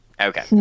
Okay